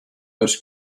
this